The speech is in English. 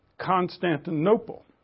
Constantinople